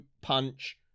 punch